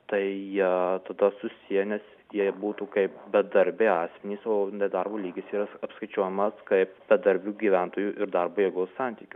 tai jie tada susiję nes jie ir būtų kaip bedarbiai asmenys o nedarbo lygis yra apskaičiuojamas kaip bedarbių gyventojų ir darbo jėgos santykis